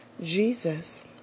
Jesus